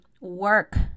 work